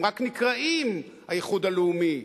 הם רק נקראים האיחוד הלאומי,